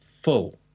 full